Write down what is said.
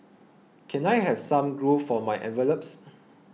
can I have some glue for my envelopes